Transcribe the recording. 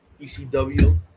ECW